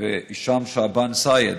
גנימה והישאם שעבאן א-סייד,